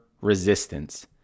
resistance